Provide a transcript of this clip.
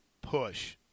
push